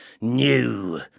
new